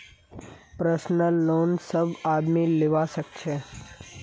personal loan सब आदमी लीबा सखछे